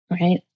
right